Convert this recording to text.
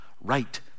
right